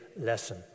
lesson